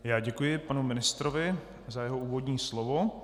Já děkuji panu ministrovi za jeho úvodní slovo.